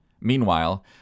Meanwhile